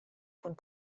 von